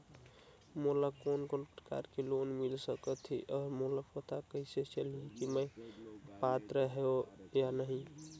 मोला कोन कोन प्रकार के लोन मिल सकही और मोला पता कइसे चलही की मैं पात्र हों या नहीं?